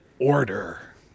order